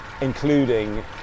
Including